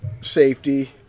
safety